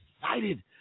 excited